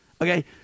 okay